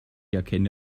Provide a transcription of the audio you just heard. erkenne